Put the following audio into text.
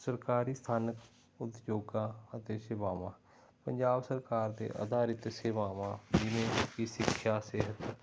ਸਰਕਾਰੀ ਸਥਾਨਕ ਉਦਯੋਗਾਂ ਅਤੇ ਸੇਵਾਵਾਂ ਪੰਜਾਬ ਸਰਕਾਰ 'ਤੇ ਆਧਾਰਿਤ ਸੇਵਾਵਾਂ ਜਿਵੇਂ ਕਿ ਸਿੱਖਿਆ ਸਿਹਤ